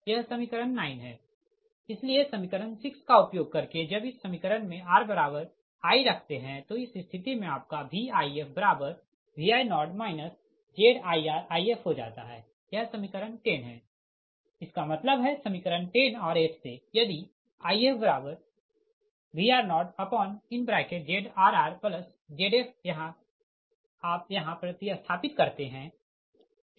यह समीकरण 9 है इसलिए समीकरण 6 का उपयोग करके जब इस समीकरण मे ri रखते है तो इस स्थिति मे आपका VifVi0 ZirIf हो जाता है यह समीकरण 10 है इसका मतलब है समीकरण 10 और 8 से यदि IfVr0ZrrZf यह आप यहाँ प्रति स्थापित करते है